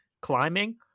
climbing